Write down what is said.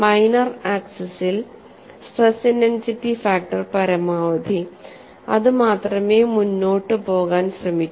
minor ആക്സിസിൽ stress intensity factor പരമാവധി അത് മാത്രമേ മുന്നോട്ട് പോകാൻ ശ്രമിക്കൂ